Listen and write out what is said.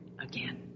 again